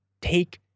take